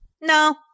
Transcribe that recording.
No